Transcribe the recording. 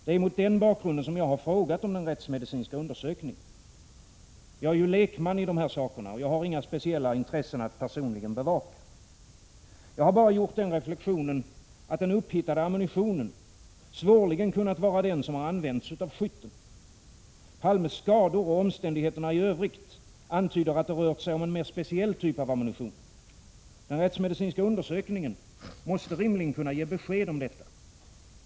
Det är mot den bakgrunden jag frågat om den rättsmedicinska undersökningen. Jag är lekman i denna sak och har inga speciella intressen att personligen bevaka. Jag har bara gjort den reflexionen, att den upphittade ammunitionen svårligen kunnat vara den som använts av skytten. Palmes skador och omständigheterna i övrigt antyder att det rört sig om en mer speciell typ av ammunition. Den rättsmedicinska undersökningen måste rimligen kunna ge besked om detta.